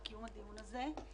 על קיום הדיון הזה.